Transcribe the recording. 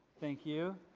thank you.